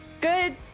Good